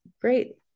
great